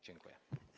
Dziękuję.